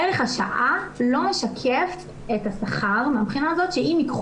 ערך השעה לא משקף את השכר מהבחינה הזאת שאם ייקחו